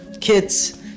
kids